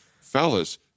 Fellas